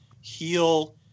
heal